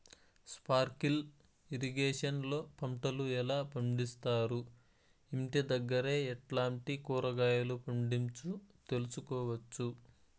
Sprinkle irrigation లో పంటలు ఎలా పండిస్తారు, ఇంటి దగ్గరే ఎట్లాంటి కూరగాయలు పండించు తెలుసుకోవచ్చు?